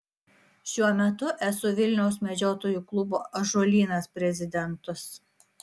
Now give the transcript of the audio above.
šiuo metu esu vilniaus medžiotojų klubo ąžuolynas prezidentas